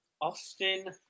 Austin